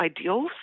ideals